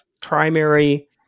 primary